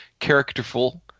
characterful